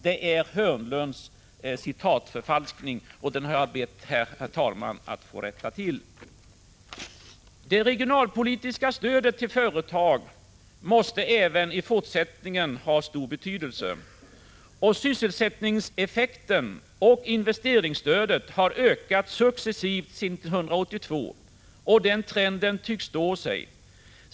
Det är Börje Hörnlunds citatförfalskning, och den har jag bett att få rätta till nu, herr talman. Det regionalpolitiska stödet till företag kommer även fortsättningsvis att ha stor betydelse. Sysselsättningseffekten av investeringsstödet har ökat successivt sedan 1982, och den trenden tycks stå sig.